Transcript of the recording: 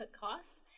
costs